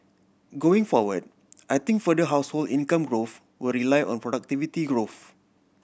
going forward I think further household income growth will rely on productivity growth